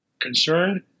concerned